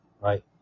right